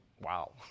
Wow